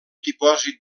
dipòsit